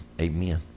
amen